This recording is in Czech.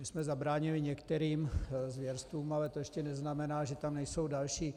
My jsme zabránili některým zvěrstvům, ale to ještě neznamená, že tam nejsou další.